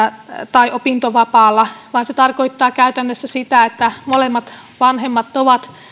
tai opintovapaalla vaan se tarkoittaa käytännössä sitä että molemmat vanhemmat ovat